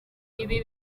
ibi